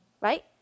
Right